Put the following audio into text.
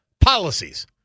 policies